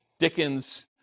Dickens